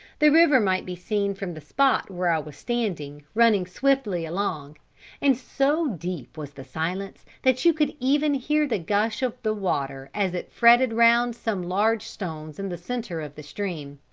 the river might be seen from the spot where i was standing, running swiftly along and so deep was the silence that you could even hear the gush of the water as it fretted round some large stones in the centre of the stream.